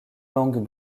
langues